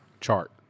chart